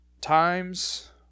Times